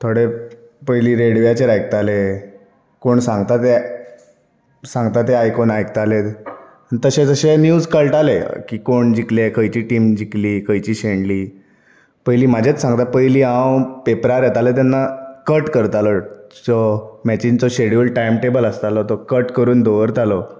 थोडे पयलीं रेडव्याचेर आयकताले कोण सांगता ते सांगता ते आयकोन आयकताले तशें तशें निव्ज कळटाले की कोण जिंकले खंयची टिम जिंकली खंयची शेणली पयलीं म्हजेंच सांगता पयलीं हांव पेपरार येताले तेन्ना कट करतालो चो मेचींचो शेड्यूल टायम टेबल आसतालो तो कट करून दवरतालो